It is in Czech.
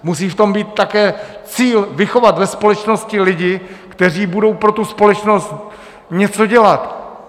Musí v tom být také cíl vychovat ve společnosti lidi, kteří budou pro tu společnost něco dělat.